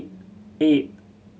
eight